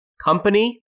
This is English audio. company